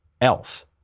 else